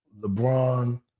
LeBron